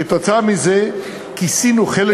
כתוצאה מזה כיסינו חלק ניכר,